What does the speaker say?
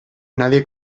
nadie